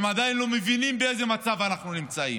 הם עדיין לא מבינים באיזה מצב אנחנו נמצאים.